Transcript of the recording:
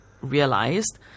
realized